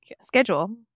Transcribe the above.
schedule